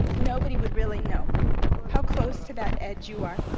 nobody would really know how close to that edge you are,